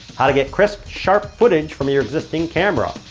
how to get crisp, sharp footage from your existing camera.